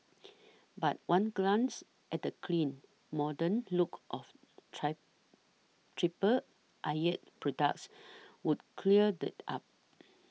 but one glance at the clean modern look of try Triple Eyelid's products would cleared up